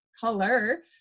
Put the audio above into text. Color